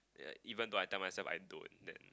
even though I tell myself I don't then